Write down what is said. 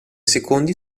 secondi